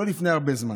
לא לפני הרבה זמן.